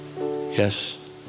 Yes